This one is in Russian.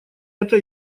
это